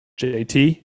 JT